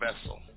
vessel